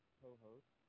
co-host